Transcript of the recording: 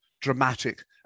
dramatic